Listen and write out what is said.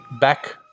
back